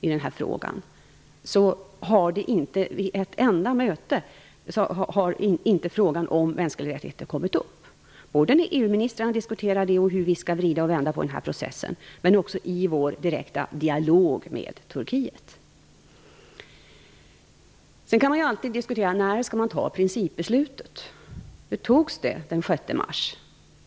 Inte ett enda av dem har passerat utan att frågan om mänskliga rättigheter har kommit upp - varken när EU-ministrarna diskuterat hur vi skall vrida och vända på processen eller i vår direkta dialog med Turkiet. Man kan alltid diskutera när man skall fatta principbeslutet. Det fattades den 6 mars.